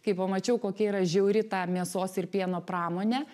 kai pamačiau kokia yra žiauri ta mėsos ir pieno pramonė